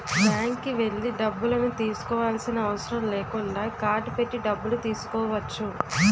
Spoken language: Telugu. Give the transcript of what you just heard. బ్యాంక్కి వెళ్లి డబ్బులను తీసుకోవాల్సిన అవసరం లేకుండా కార్డ్ పెట్టి డబ్బులు తీసుకోవచ్చు